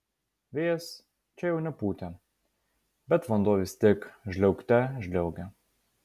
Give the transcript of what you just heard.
vėjas čia jau nepūtė bet vanduo vis tiek žliaugte žliaugė